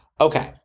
Okay